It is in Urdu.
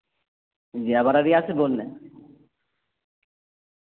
جی آبارہ ریا سے بول رہے